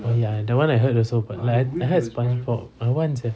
oh ya that one I heard also but I heard I heard spongebob I want sia